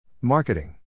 Marketing